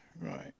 right